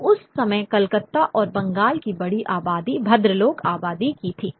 तो उस समय कलकत्ता और बंगाल की बड़ी आबादी भद्रलोक आबादी की थी